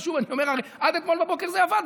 ושוב, הרי עד אתמול בבוקר זה עבד.